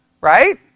right